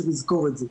צריך לזכור את זה.